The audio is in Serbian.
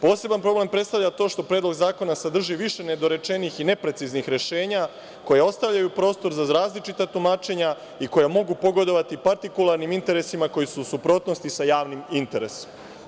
Poseban problem predstavlja to što Predlog zakona sadrži više nedorečenih i nepreciznih rešenja koja ostavljaju prostor za različita tumačenja i koja mogu pogodovati partikularnim interesima koji su u suprotnosti sa javnim interesom.